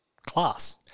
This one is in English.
Class